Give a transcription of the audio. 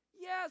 Yes